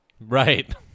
Right